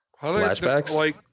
Flashbacks